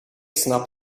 snap